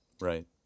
Right